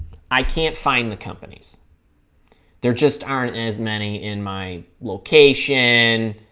i can't find the companies they're just aren't as many in my location